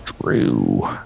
True